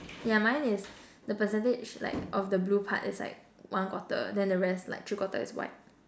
yeah mine is the percentage like of the blue part is like one quarter then the rest like three quarter is white